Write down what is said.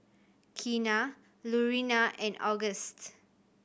Keena Lurena and Auguste